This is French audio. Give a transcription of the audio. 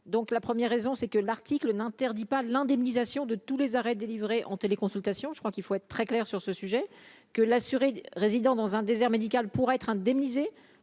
donc la première raison, c'est que l'article n'interdit pas l'indemnisation de tous les arrêts délivrés en téléconsultation je crois qu'il faut être très clair sur ce sujet que l'assuré résidant dans un désert médical pour être indemnisé